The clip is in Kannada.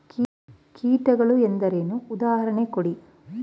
ಕೀಟಗಳು ಎಂದರೇನು? ಉದಾಹರಣೆ ಕೊಡಿ?